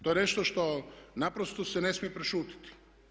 To je nešto što naprosto se ne smije prešutjeti.